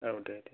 औ दे दे